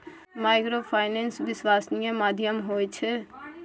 Microfinance विश्वासनीय माध्यम होय छै?